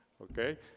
Okay